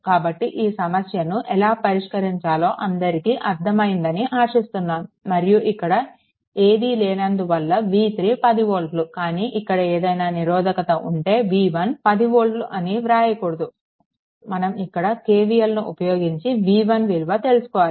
కాబట్టి ఈ సమస్యను ఎలా పరిష్కరించాలో అందరికీ అర్థం అయ్యింది అని ఆశిస్తున్నాను మరియు ఇక్కడ ఏది లేనందు వల్ల v3 10 వోల్ట్లు కానీ ఇక్కడ ఏదైనా నిరోధకత ఉంటే v1 10 వోల్ట్లు అని వ్రాయకూడదు మనం ఇక్కడ KVL ను ఉపయోగించి v1 విలువ తెలుసుకోవాలి